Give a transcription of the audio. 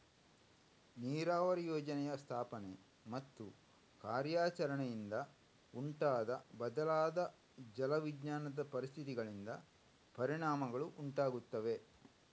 ನೀರಾವರಿ ಯೋಜನೆಯ ಸ್ಥಾಪನೆ ಮತ್ತು ಕಾರ್ಯಾಚರಣೆಯಿಂದ ಉಂಟಾದ ಬದಲಾದ ಜಲ ವಿಜ್ಞಾನದ ಪರಿಸ್ಥಿತಿಗಳಿಂದ ಪರಿಣಾಮಗಳು ಉಂಟಾಗುತ್ತವೆ